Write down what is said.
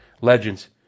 Legends